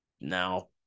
Now